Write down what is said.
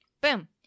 Boom